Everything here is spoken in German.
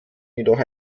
jedoch